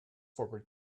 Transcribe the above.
forward